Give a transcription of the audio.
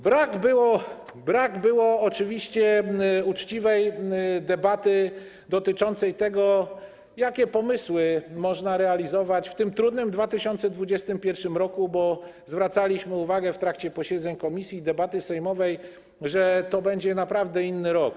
Brak było oczywiście uczciwej debaty dotyczącej tego, jakie pomysły można realizować w tym trudnym 2021 r., bo zwracaliśmy uwagę w trakcie posiedzeń komisji i debaty sejmowej, że to będzie naprawdę inny rok.